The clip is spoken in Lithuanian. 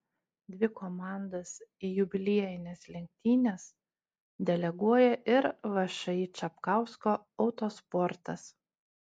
dvi komandas į jubiliejines lenktynes deleguoja ir všį čapkausko autosportas